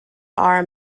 are